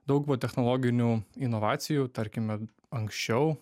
dauguma technologinių inovacijų tarkime anksčiau